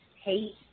hate